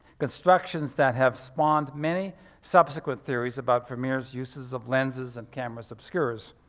constructions that have spawned many subsequent theories about vermeer's uses of lenses and camera obscuras.